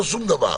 לא שום דבר.